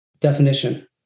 definition